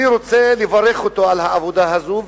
אני רוצה לברך אותו על העבודה הזאת.